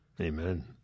Amen